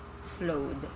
flowed